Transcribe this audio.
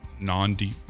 non-deep